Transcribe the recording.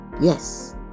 yes